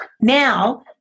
now